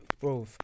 bro